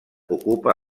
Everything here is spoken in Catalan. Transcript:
ocupa